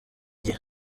gihe